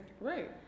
right